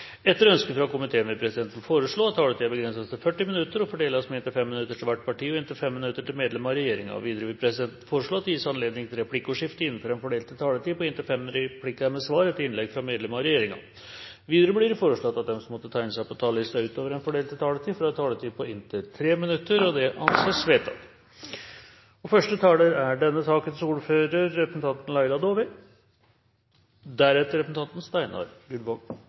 Etter ønske fra finanskomiteen vil presidenten foreslå at taletiden begrenses til 40 minutter og fordeles med inntil 5 minutter til hvert parti og inntil 5 minutter til medlem av regjeringen. Videre vil presidenten foreslå at det gis anledning til replikkordskifte på inntil tre replikker med svar etter innlegg fra medlem av regjeringen innenfor den fordelte taletid. Videre blir det foreslått at de som måtte tegne seg på talerlisten utover den fordelte taletid, får en taletid på inntil 3 minutter. – Det anses vedtatt. I representantforslaget ber stortingsrepresentantane Kjell Ingolf Ropstad, Knut Arild Hareide, Hans Olav Syversen og